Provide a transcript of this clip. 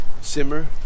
Simmer